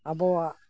ᱟᱵᱚᱣᱟᱜ